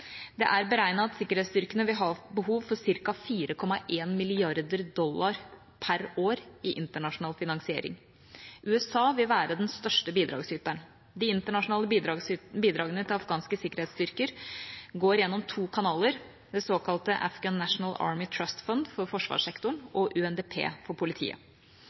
Det er beregnet at sikkerhetsstyrkene vil ha behov for ca. 4,1 mrd. dollar per år i internasjonal finansiering. USA vil være den største bidragsyteren. De internasjonale bidragene til afghanske sikkerhetsstyrker går gjennom to kanaler: det såkalte Afghan National Army Trust Fund, for forsvarssektoren og UNDP, United Nations Development Programme, for politiet.